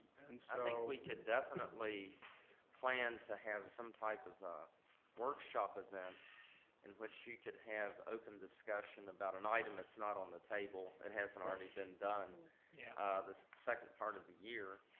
i think we can definitely plan to have some type of workshop event in which you can have open discussion about an item that's not on the table that hasn't already been done yeah the second part of the year.